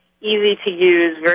easy-to-use